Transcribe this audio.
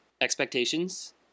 expectations